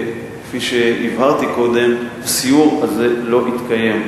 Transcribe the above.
כפי שהבהרתי קודם, הסיור הזה לא התקיים.